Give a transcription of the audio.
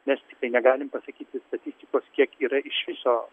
mes tiktai negalim pasakyti statistikos kiek yra iš viso